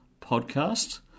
Podcast